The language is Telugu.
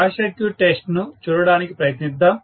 షార్ట్ సర్క్యూట్ టెస్ట్ ను చూడటానికి ప్రయత్నిద్దాం